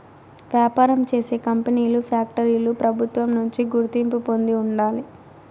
వ్యాపారం చేసే కంపెనీలు ఫ్యాక్టరీలు ప్రభుత్వం నుంచి గుర్తింపు పొంది ఉండాలి